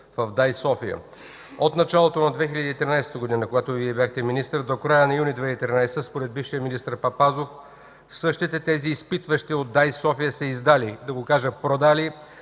в ДАИ – София. От началото на 2013 г., когато Вие бяхте министър, до края на юни 2013 г. според бившия министър Папазов същите тези изпитващи от ДАИ – София, са издали – да го кажа продали,